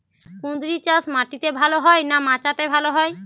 কুঁদরি চাষ মাটিতে ভালো হয় না মাচাতে ভালো হয়?